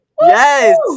Yes